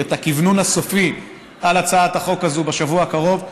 את הכוונון הסופי על הצעת החוק הזאת בשבוע הקרוב,